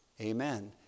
Amen